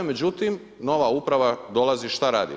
Međutim, nova uprava dolazi, šta radi?